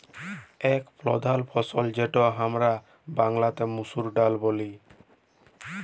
এক প্রধাল ফসল যেটা হামরা বাংলাতে মসুর ডালে বুঝি